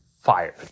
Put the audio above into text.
fired